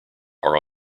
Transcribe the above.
are